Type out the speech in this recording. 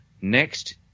next